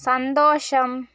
സന്തോഷം